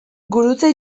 gurutze